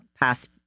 past